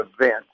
event